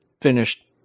finished